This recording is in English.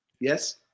Yes